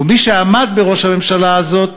ומי שעמד בראש הממשלה הזאת,